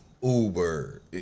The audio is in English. Uber